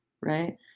right